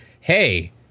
Hey